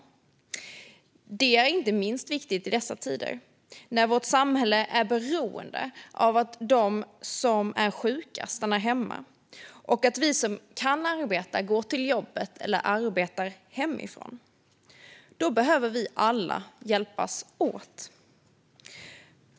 Det är inte minst viktigt i dessa tider, när vårt samhälle är beroende av att de som är sjuka stannar hemma och att vi som kan arbeta går till jobbet eller arbetar hemifrån. Då behöver vi alla hjälpas åt.